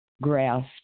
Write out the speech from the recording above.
Grasp